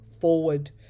forward